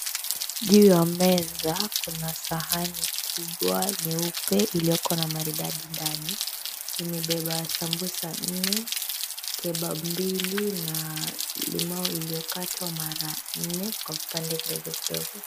Juu ya meza kuna sahani kubwa nyeupe iliyo na maridadi ndani. Imebeba sambuza nne, kebab mbili na limau iliyokatwa mara nne kwa vipande vidogo vidogo.